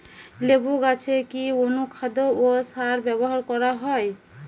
লেবু গাছে কি অনুখাদ্য ও সার ব্যবহার করা হয়?